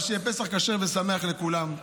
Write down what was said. אבל שיהיה פסח כשר ושמח לכולם.